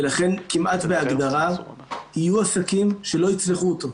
ולכן כמעט בהגדרה יהיו עסקים שלא יצלחו אותו.